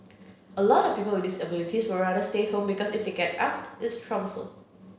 a lot of people with disabilities would rather stay home because if they get out it's troublesome